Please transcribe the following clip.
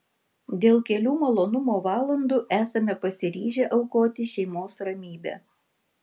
dėl kelių malonumo valandų esame pasiryžę aukoti šeimos ramybę